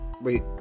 Wait